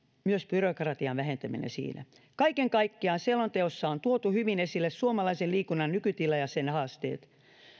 myös byrokratian vähentäminen siinä kaiken kaikkiaan selonteossa on tuotu hyvin esille suomalaisen liikunnan nykytila ja sen haasteet